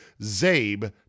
ZABE